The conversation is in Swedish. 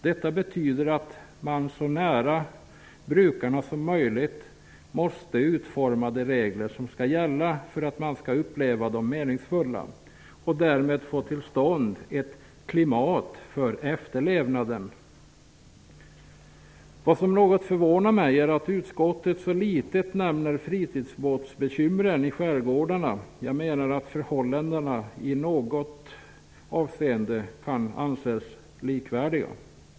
Det betyder att man så nära brukarna som möjligt måste utforma de regler som skall gälla för att de skall upplevas som meningsfulla och för att därmed få till stånd ett ''klimat'' för efterlevnaden. Vad som något förvånar mig är att utskottet så litet nämner fritidsbåtsbekymren i skärgårdarna. Jag menar att förhållandena i något avseende kan anses likvärdiga.